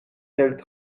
tel